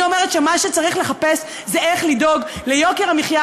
אני אומרת שמה שצריך לחפש זה איך לדאוג ליוקר המחיה